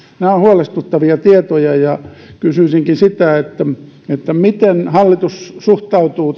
nämä ovat huolestuttavia tietoja ja kysyisinkin miten hallitus suhtautuu